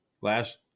last